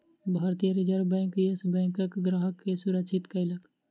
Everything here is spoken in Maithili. भारतीय रिज़र्व बैंक, येस बैंकक ग्राहक के सुरक्षित कयलक